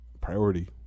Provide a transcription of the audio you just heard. priority